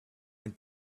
and